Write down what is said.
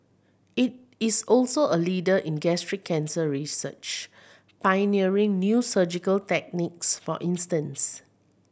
it is also a leader in gastric cancer research pioneering new surgical techniques for instance